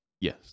Yes